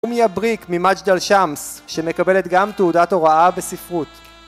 אומי אבריק ממג'דל שמס שמקבלת גם תעודת הוראה בספרות